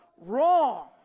wrong